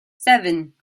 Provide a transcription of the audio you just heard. seven